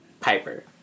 Piper